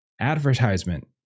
advertisement